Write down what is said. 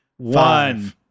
One